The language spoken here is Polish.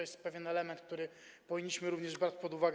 Jest to pewien element, który powinniśmy również brać pod uwagę.